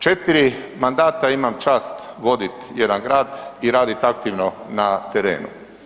4 mandata imam čast voditi jedan grad i raditi aktivno na terenu.